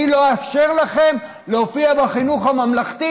אני לא אאפשר לכם להופיע בחינוך הממלכתי.